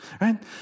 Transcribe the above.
right